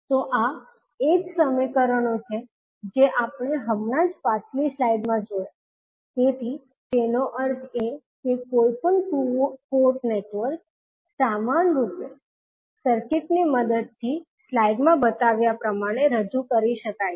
તો આ એ જ સમીકરણો છે જે આપણે હમણાં જ પાછલી સ્લાઈડમાં જોયા તેથી તેનો અર્થ એ કે કોઈપણ ટુ પોર્ટ નેટવર્ક સમાનરૂપે સર્કિટની મદદથી સ્લાઈડમાં બતાવ્યા પ્રમાણે રજૂ કરી શકાય છે